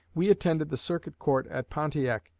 we attended the circuit court at pontiac,